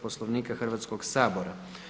Poslovnika Hrvatskog sabora.